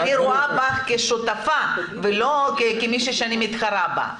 ואני רואה בך כשותפה ולא כמי שאני מתחרה בה.